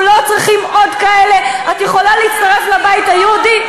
אבל את צריכה להקשיב להם, כי מן הראוי להקשיב.